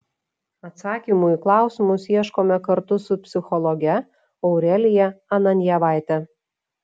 atsakymų į klausimus ieškome kartu su psichologe aurelija ananjevaite